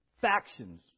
Factions